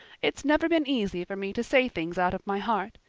it's never been easy for me to say things out of my heart,